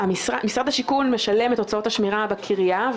משרד השיכון משלם את הוצאות השמירה בקריה.